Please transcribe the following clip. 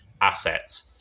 assets